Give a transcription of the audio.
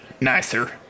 nicer